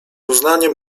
uznaniem